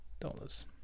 dollars